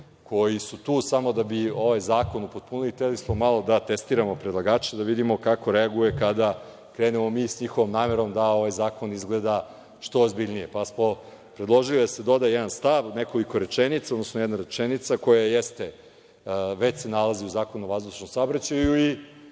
koji su tu samo da bi ovaj zakon upotpunili, hteli smo malo da testiramo predlagača, da vidimo kako reaguje kada krenemo mi sa njihovom namerom da ovaj zakon izgleda što ozbiljnije. Predložili smo da se doda jedan stav, jedna rečenica koja se već nalazi u Zakonu o vazdušnom saobraćaju i